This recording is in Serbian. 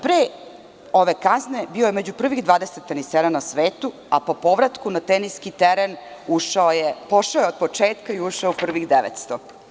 Pre ove kazne bio je među prvih 20 tenisera na svetu, a po povratku na teniski teren pošao je od početka i ušao u prvih 900.